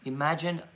Imagine